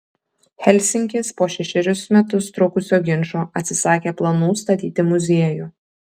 helsinkis po šešerius metus trukusio ginčo atsisakė planų statyti muziejų